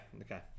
Okay